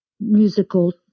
musical